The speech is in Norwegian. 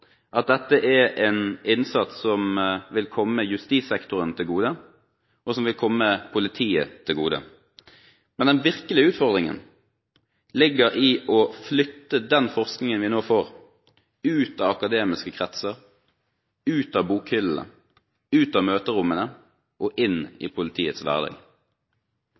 at dette er en innsats som vil komme justissektoren og politiet til gode. Den virkelige utfordringen ligger i å flytte forskningen vi nå får, ut av akademiske kretser, ut av bokhyllene, ut av møterommene og inn i politiets hverdag.